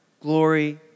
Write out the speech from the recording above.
glory